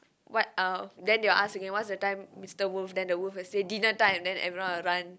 what uh then they'll ask again what's the time mister wolf then the wolf will say dinner time then everyone will run